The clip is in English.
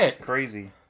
crazy